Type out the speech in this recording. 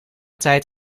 tijd